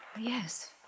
Yes